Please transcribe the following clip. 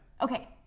Okay